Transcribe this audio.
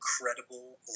incredible